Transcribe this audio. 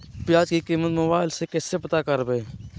प्याज की कीमत मोबाइल में कैसे पता करबै?